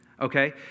okay